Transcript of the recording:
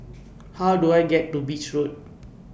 How Do I get to Beach Road